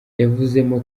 yavuzemo